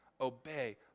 obey